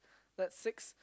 that's six